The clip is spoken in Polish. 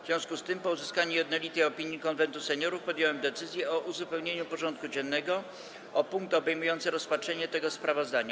W związku z tym, po uzyskaniu jednolitej opinii Konwentu Seniorów, podjąłem decyzję o uzupełnieniu porządku dziennego o punkt obejmujący rozpatrzenie tego sprawozdania.